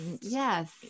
yes